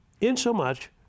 insomuch